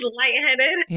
lightheaded